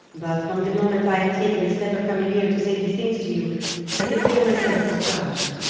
but from the moment that i have taken the step of coming here to say these things to you i consider myself discharged,